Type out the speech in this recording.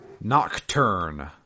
Nocturne